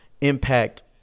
impact